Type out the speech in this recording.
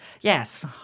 yes